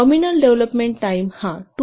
nominal development time हा 2